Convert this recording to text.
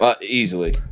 Easily